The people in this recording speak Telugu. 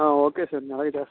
ఓకే సార్ అలాగే చేస్తాను